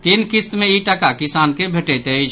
तीन किस्त मे ई टाका किसान के भेटैत अछि